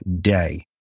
day